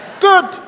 Good